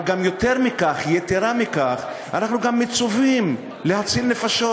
אבל יתרה מכך, אנחנו גם מצווים להציל נפשות.